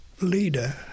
leader